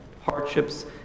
hardships